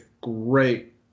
great